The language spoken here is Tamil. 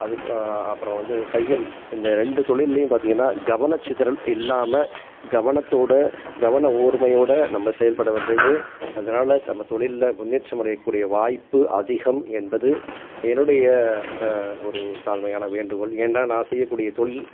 அது அப்புறம் வந்து தையல் இந்த ரெண்டு தொழில்லியும் பார்த்திங்கனா கவனச்சிதறல் இல்லாமல் கவனத்தோட கவன ஓர்மையோட நம்ம செயல்பட வேண்டியது அதனால் நம்ம தொழில்ல முன்னேற்றம் அடையக்கூடிய வாய்ப்பு அதிகம் என்பது என்னுடைய ஒரு தாழ்மையான வேண்டுகோள் ஏன்னா நான் செய்யக்கூடிய தொழில்